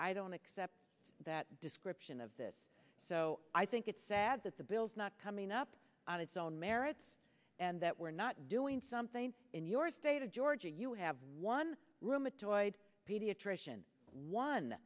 don't accept that description of that so i think it's sad that the bill's not coming up on its own merits and that we're not doing something in your state of georgia you have one rheumatoid pediatrician one